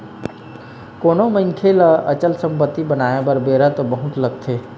कोनो मनखे ल अचल संपत्ति बनाय म बेरा तो बहुत लगथे